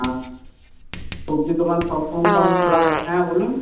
হ্যাঁ সবজির দোকান সব সময়ই তো আমি খোলা হ্যাঁ বলুন